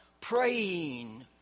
praying